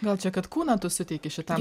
gal čia kad kūną tu suteiki šitam